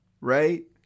right